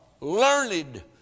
learned